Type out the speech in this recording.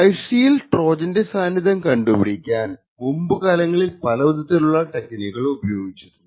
IC ൽ ട്രോജൻറെ സാന്നിധ്യം കണ്ടുപ്പിടിക്കാൻ മുമ്പുകാലങ്ങളിൽ പലവിധത്തിലുള്ള ടെക്നിക്കുകൾ ഉപയോഗിച്ചിരുന്നു